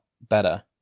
better